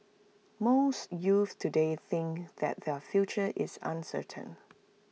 most youths today think that their future is uncertain